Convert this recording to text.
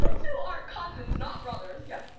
but so are cousins, not brothers. yeah.